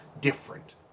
different